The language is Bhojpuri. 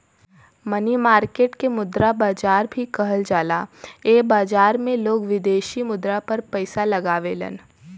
मनी मार्केट के मुद्रा बाजार भी कहल जाला एह बाजार में लोग विदेशी मुद्रा पर पैसा लगावेलन